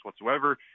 whatsoever